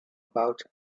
about